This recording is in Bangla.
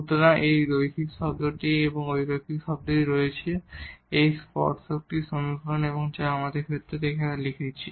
সুতরাং আমাদের এই রৈখিক শব্দটি এবং এই অ রৈখিক শব্দটি রয়েছে এবং এই স্পর্শকটির সমীকরণ যা আমরা এই ক্ষেত্রে লিখেছি